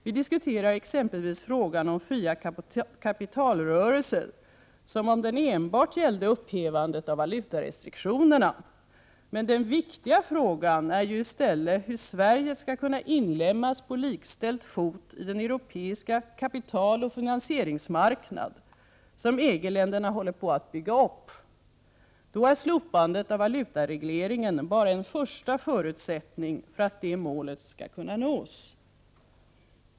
Vi diskuterar exempelvis frågan om fria kapitalrörelser som om den enbart gällde upphävandet av valutarestriktionerna. Men den viktiga frågan är ju i stället hur Sverige skall kunna inlemmas på likställd fot i den europeiska kapitaloch finansieringsmarknad som EG-länderna håller på att bygga upp. Då är slopandet av valutaregleringen bara en första förutsättning för att det målet skall kunna nås.